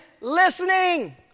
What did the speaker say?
listening